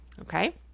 okay